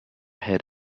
head